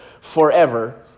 forever